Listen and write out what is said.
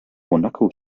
monaco